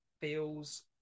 feels